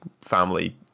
family